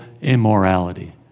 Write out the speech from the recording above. immorality